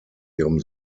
ihrem